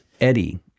Eddie